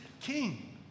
king